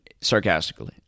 sarcastically